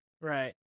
Right